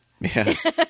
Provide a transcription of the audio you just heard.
Yes